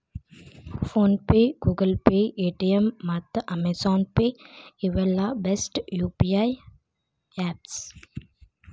phone pay, Google Pay, Paytm ಮತ್ತ Amazon Pay ಇವೆಲ್ಲ best UPI apps